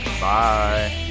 Bye